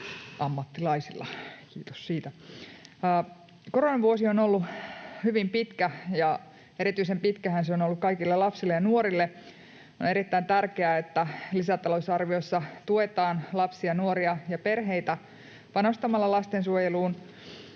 Koronavuosi on ollut hyvin pitkä, ja erityisen pitkähän se on ollut kaikille lapsille ja nuorille. On erittäin tärkeää, että lisätalousarviossa tuetaan lapsia, nuoria ja perheitä panostamalla lastensuojeluun,